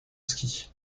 ski